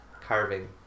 carving